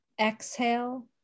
Exhale